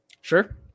Sure